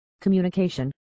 communication